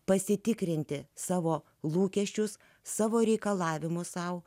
pasitikrinti savo lūkesčius savo reikalavimus sau